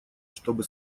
чтобы